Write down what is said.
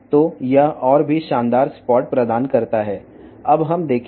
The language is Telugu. కాబట్టి ఇది మరింత ప్రకాశవంతమైన మచ్చలను అందిస్తుంది